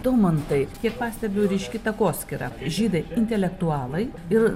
daumantai kiek pastebiu ryški takoskyra žydai intelektualai ir